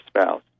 spouse